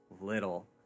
little